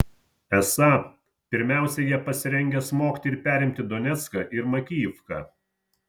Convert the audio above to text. esą pirmiausia jie pasirengę smogti ir perimti donecką ir makijivką